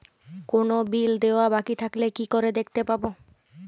কোনো বিল দেওয়া বাকী থাকলে কি করে দেখতে পাবো?